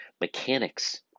mechanics